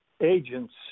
agents